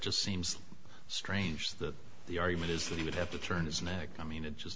just seems strange that the argument is that he would have to turn his neck i mean it just